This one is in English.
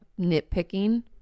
nitpicking